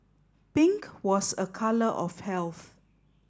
pink was a colour of health